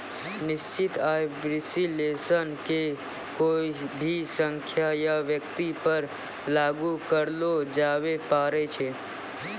निश्चित आय विश्लेषण के कोय भी संख्या या व्यक्ति पर लागू करलो जाबै पारै छै